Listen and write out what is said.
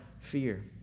fear